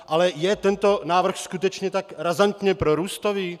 Ale je tento návrh skutečně tak razantně prorůstový?